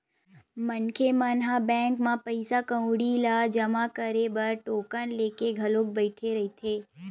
मनखे मन ह बैंक म पइसा कउड़ी ल जमा करे बर टोकन लेके घलोक बइठे रहिथे